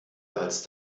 als